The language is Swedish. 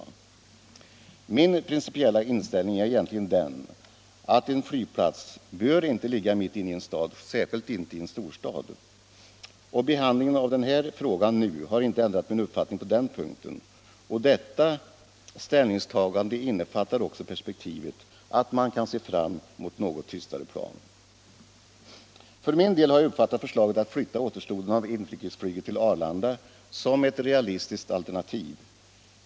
Min Bromma flygplats Bromma flygplats 120 principiella inställning är egentligen den att en flygplats inte bör ligga mitt inne i en stad, särskilt inte en storstad. Behandlingen av den här frågan nu har inte ändrat min uppfattning på den punkten och detta ställningstagande innefattar också perspektivet att man kan se fram mot något tystare plan. För min del har jag uppfattat förslaget att flytta återstoden av inrikesflyget till Arlanda som ett realistiskt alternativ.